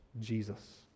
Jesus